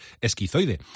esquizoide